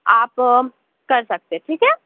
آپ کر سکتے ٹھیک ہے